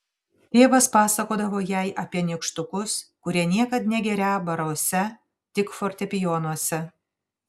tėvas pasakodavo jai apie nykštukus kurie niekad negerią baruose tik fortepijonuose